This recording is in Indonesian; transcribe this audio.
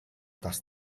tas